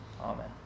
Amen